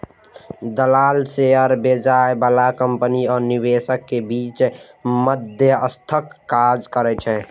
दलाल शेयर बेचय बला कंपनी आ निवेशक के बीच मध्यस्थक काज करै छै